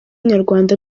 nyarwanda